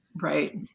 Right